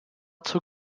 zur